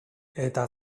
eta